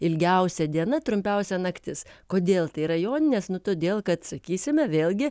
ilgiausia diena trumpiausia naktis kodėl tai yra joninės nu todėl kad sakysime vėlgi